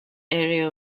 area